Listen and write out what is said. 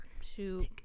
shoot